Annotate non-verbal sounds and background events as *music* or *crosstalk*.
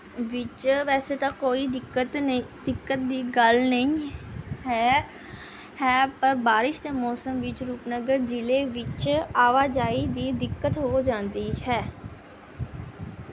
ਵਿੱਚ ਵੈਸੇ ਤਾਂ ਕੋਈ ਦਿੱਕਤ *unintelligible* ਦਿੱਕਤ ਦੀ ਗੱਲ ਨਹੀਂ ਹੈ ਹੈ ਪਰ ਬਾਰਿਸ਼ ਦੇ ਮੌਸਮ ਵਿੱਚ ਰੂਪਨਗਰ ਜਿਲ੍ਹੇ ਵਿੱਚ ਆਵਾਜਾਈ ਦੀ ਦਿੱਕਤ ਹੋ ਜਾਂਦੀ ਹੈ